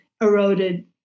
eroded